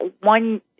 one